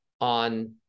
on